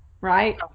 right